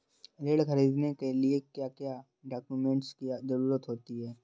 ऋण ख़रीदने के लिए क्या क्या डॉक्यूमेंट की ज़रुरत होती है?